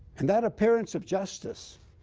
and that appearance of justice,